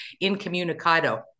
incommunicado